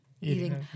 eating